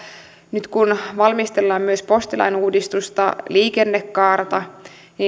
nyt kun valmistellaan myös postilain uudistusta ja liikennekaarta